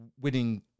winning